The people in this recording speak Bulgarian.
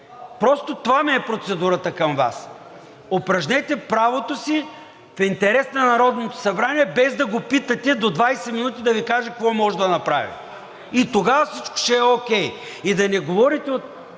Просто това ми е процедурата към Вас. Упражнете правото си в интерес на Народното събрание, без да го питате до 20 минути да Ви каже какво може да направи. Тогава всичко ще е окей. И да не говорите от